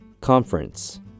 conference